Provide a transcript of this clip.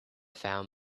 found